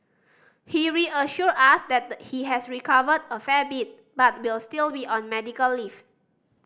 he reassured us that the he has recovered a fair bit but will still be on medical leave